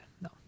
No